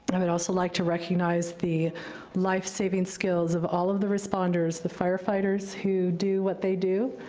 and i would also like to recognize the life saving skills of all of the responders, the firefighters who do what they do,